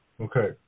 Okay